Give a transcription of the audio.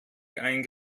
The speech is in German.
ein